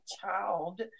child